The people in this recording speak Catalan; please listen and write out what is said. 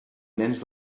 nens